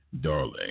Darling